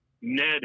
Ned